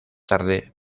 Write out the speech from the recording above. tarde